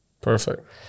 perfect